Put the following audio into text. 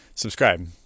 subscribe